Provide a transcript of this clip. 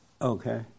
Okay